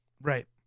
Right